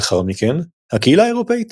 לאחר מכן "הקהילה האירופית",